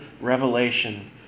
revelation